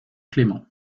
clément